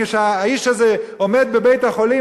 כשהאיש הזה בבית-החולים,